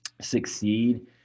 succeed